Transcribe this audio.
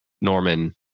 norman